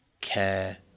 Care